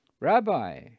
rabbi